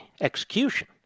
execution